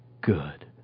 good